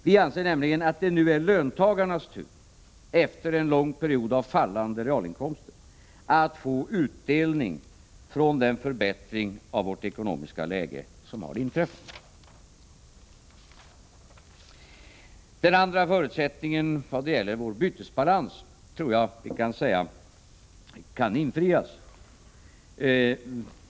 Vi anser nämligen att det nu är löntagarnas tur, efter en lång period av fallande realinkomster, att få utdelning från den förbättring av vårt ekonomiska läge som har inträffat. Den andra förutsättningen, som gäller vår bytesbalans, tror jag att vi kommer klara.